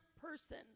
person